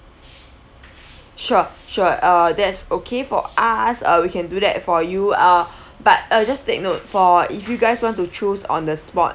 sure sure uh that's okay for us uh we can do that for you uh but we'll just take note for if you guys want to choose on the spot